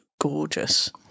gorgeous